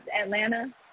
Atlanta